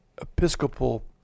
Episcopal